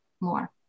more